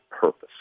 purpose